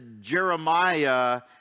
Jeremiah